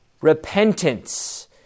repentance